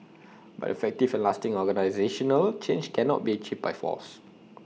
but effective and lasting organisational change cannot be achieved by force